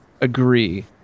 agree